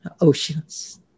Oceans